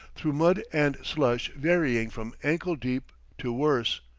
through mud and slush varying from ankle-deep to worse,